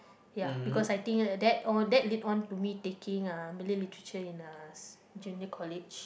ya because I think that or that lead on to me taking ah Malay literature in junior college